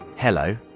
Hello